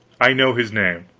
i know his name.